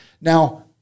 Now